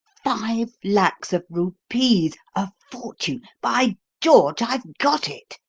five lacs of rupees a fortune! by george, i've got it!